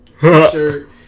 shirt